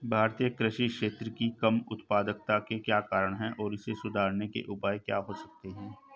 भारतीय कृषि क्षेत्र की कम उत्पादकता के क्या कारण हैं और इसे सुधारने के उपाय क्या हो सकते हैं?